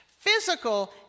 Physical